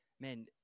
man